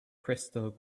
crystal